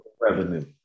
revenue